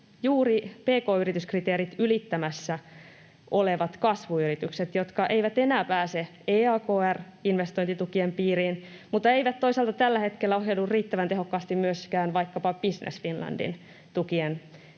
juuri pk-yrityskriteerit ylittämässä olevat kasvuyritykset, jotka eivät enää pääse EAKR-investointitukien piiriin mutta eivät toisaalta tällä hetkellä ohjaudu riittävän tehokkaasti myöskään vaikkapa Business Finlandin tukien piiriin